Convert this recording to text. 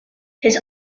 his